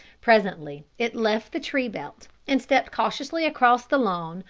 presently it left the tree belt, and stepped cautiously across the lawn,